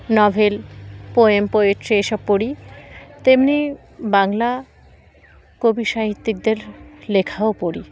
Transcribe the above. novel poem poetry এসব পড়ি তেমনি বাংলা কবি সাহিত্যিকদের লেখাও পড়ি